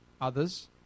others